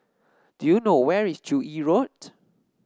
do you know where is Joo Yee Road